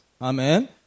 Amen